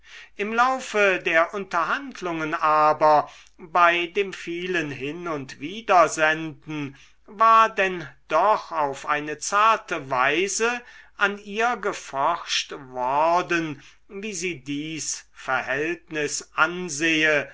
im laufe der unterhandlungen aber bei dem vielen hin und widersenden war denn doch auf eine zarte weise an ihr geforscht worden wie sie dies verhältnis ansehe